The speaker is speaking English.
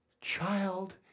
child